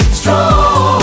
strong